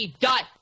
dot